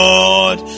Lord